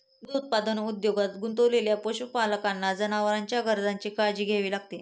दूध उत्पादन उद्योगात गुंतलेल्या पशुपालकांना जनावरांच्या गरजांची काळजी घ्यावी लागते